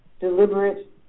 deliberate